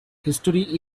history